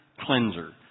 cleanser